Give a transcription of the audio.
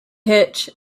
hitch